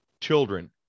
children